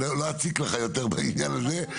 ולא אציק לך יותר בעניין הזה,